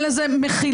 אין לזה מחילה,